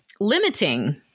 limiting